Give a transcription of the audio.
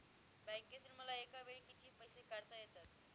बँकेतून मला एकावेळी किती पैसे काढता येतात?